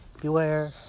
beware